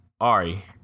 Ari